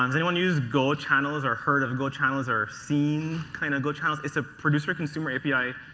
um anyone use go channels or heard of go channels or seen kind of go channels? it's a producer for consumer api.